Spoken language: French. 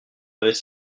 avaient